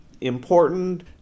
important